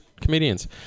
comedians